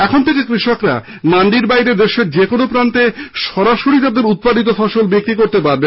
এখন থেকে কৃষকরা মান্ডির বাইরে দেশের যেকোন প্রান্তে সরাসরি তাদের উৎপাদিত ফসল বিক্রি করতে পারবে